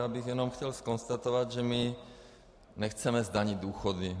Já bych jenom chtěl konstatovat, že my nechceme zdanit důchody.